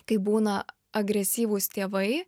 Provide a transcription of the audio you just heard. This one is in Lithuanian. kai būna agresyvūs tėvai